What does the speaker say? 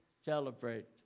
celebrate